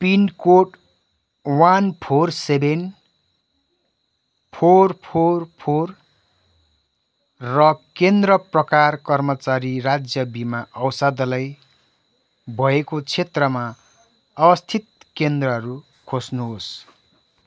pin code one four seven four four four र केन्द्र प्रकार कर्मचारी राज्य बिमा औषधालय भएको क्षेत्रमा अवस्थित केन्द्रहरू खोज्नुहोस्